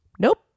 Nope